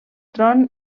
tron